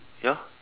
ya